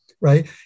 right